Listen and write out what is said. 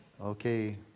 Okay